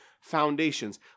Foundations